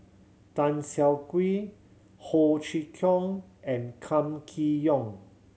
Tan Siah Kwee Ho Chee Kong and Kam Kee Yong